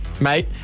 Mate